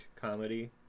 comedy